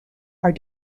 are